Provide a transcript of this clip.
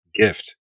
gift